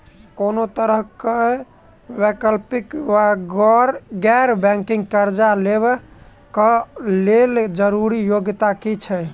कोनो तरह कऽ वैकल्पिक वा गैर बैंकिंग कर्जा लेबऽ कऽ लेल जरूरी योग्यता की छई?